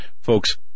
Folks